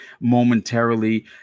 momentarily